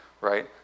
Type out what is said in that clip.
right